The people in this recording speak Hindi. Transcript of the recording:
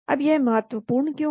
अब यह महत्वपूर्ण क्यों है